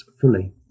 fully